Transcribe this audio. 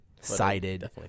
sided